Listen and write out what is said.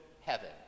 heaven